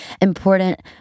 important